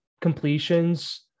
completions